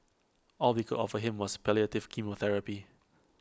all we could offer him was palliative chemotherapy